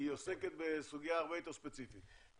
היא עוסקת בסוגיה הרבה יותר ספציפית.